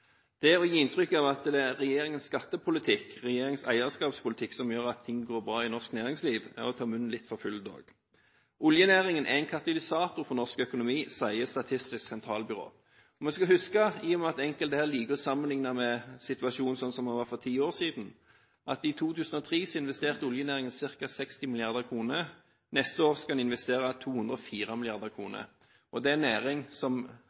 Det å gi inntrykk av at det er regjeringens skattepolitikk og eierskapspolitikk som gjør at ting går bra i norsk næringsliv, er dog å ta munnen litt for full. Oljenæringen er en katalysator for norsk økonomi, sier Statistisk sentralbyrå. Vi skal huske – i og med at enkelte her liker å sammenligne med situasjonen slik som den var for ti år siden – at i 2003 investerte oljenæringen for ca. 60 mrd. kr. Neste år skal den investere for 204 mrd. kr. Og dette er en næring som